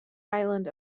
island